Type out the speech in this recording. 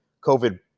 COVID